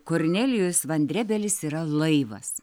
kornelijus vandrėbelis yra laivas